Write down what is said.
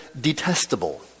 detestable